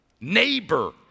Neighbor